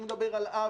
אני יודע שלא.